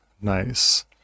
Nice